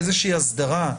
איזושהי הסדרה.